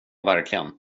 verkligen